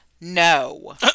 No